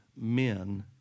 men